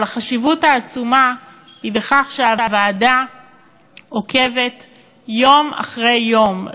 אבל החשיבות העצומה היא בכך שהוועדה עוקבת יום אחרי יום,